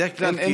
בדרך כלל,